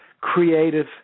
creative